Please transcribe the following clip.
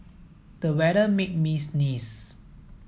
the weather made me sneeze